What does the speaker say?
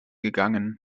gegangen